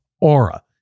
Aura